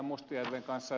mustajärven kanssa